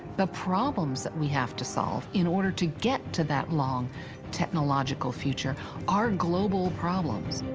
the problems that we have to solve in order to get to that long technological future are global problems.